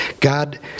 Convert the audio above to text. God